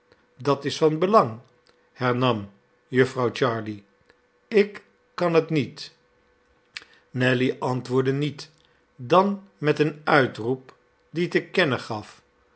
dat is van belang hernam jufvrouw jarley ik kan het niet nelly antwoordde niet dan met een uitroep die te kennen gaf